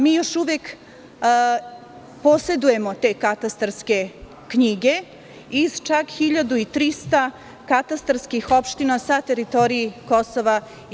Mi još uvek posedujemo te katastarske knjige iz čak 1.300 katastarskih opština sa teritorije KiM.